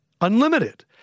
Unlimited